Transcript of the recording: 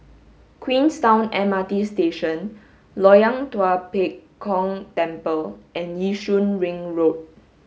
Queenstown M R T Station Loyang Tua Pek Kong Temple and Yishun Ring Road